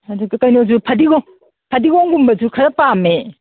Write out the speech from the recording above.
ꯑꯗꯒꯤ ꯀꯩꯅꯣꯁꯨ ꯐꯗꯤꯒꯣꯝ ꯐꯗꯤꯒꯣꯝꯒꯨꯝꯕꯁꯨ ꯈꯔ ꯄꯥꯝꯃꯦ